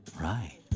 Right